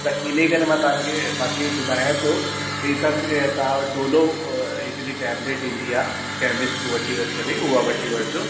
त इने करे मां तव्हांखे बाक़ी ॿुधायां थो ई त पि तव्हां डोलो हिकिड़ी टेबलेट ईंदी आहे केमिस्ट खां वठी करे उहा वठी वठिजो